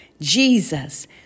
Jesus